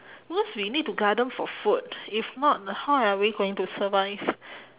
because we need to garden for food if not how are we going to survive